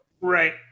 right